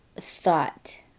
thought